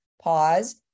pause